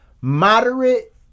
moderate